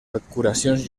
arcuacions